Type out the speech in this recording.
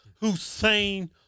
Hussein